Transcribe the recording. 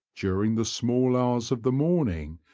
during the small hours of the morning,